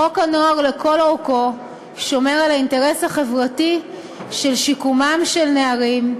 חוק הנוער לכל אורכו שומר על האינטרס החברתי של שיקומם של נערים,